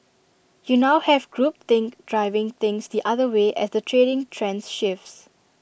you now have group think driving things the other way as the trading trends shifts